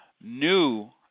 New